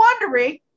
wondering